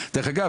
דרך אגב,